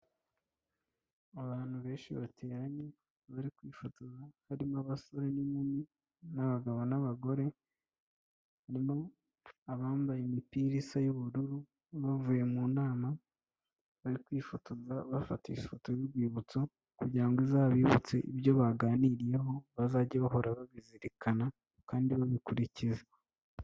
Abantu benshi bateranye bari kwifotoza harimo abasore n'inkumi, n'abagabo n'abagore harimo abambaye imipira isa y'ubururu bavuye mu nama bari kwifotoza bafata ifoto y'urwibutso kugira ngo izabibutse ibyo baganiriyeho bazajye bahora babizirikana kandi babikurikiza.